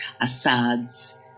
Assad's